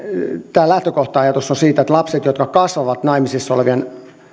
tämä lähtökohta ajatus on siinä että lapset jotka kasvavat naimisissa olevien